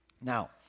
Now